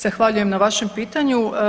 Zahvaljujem na vašem pitanju.